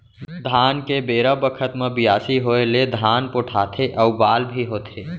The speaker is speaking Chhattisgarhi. धान के बेरा बखत म बियासी होय ले धान पोठाथे अउ बाल भी होथे